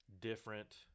different